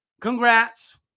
congrats